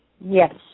Yes